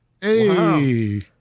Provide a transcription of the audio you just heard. Hey